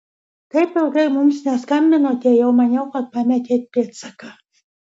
taip ilgai mums neskambinote jau maniau kad pametėt pėdsaką